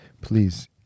Please